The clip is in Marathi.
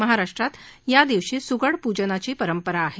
महाराष्ट्रात या दिवशी सुगड पूजनाची परंपरा आहे